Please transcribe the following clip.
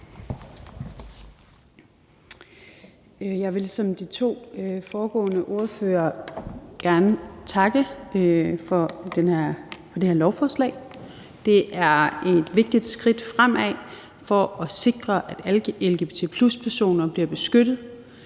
Jeg vil som de to foregående ordførere gerne takke for det her lovforslag. Det er et vigtigt skridt fremad for at sikre, at alle lgbt+-personer bliver beskyttet